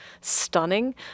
stunning